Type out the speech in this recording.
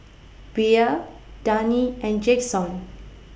Bea Dani and Jaxon